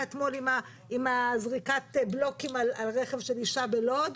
אתמול עם זריקת בלוקים על רכב שנסע בלוד,